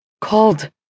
called